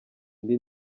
indi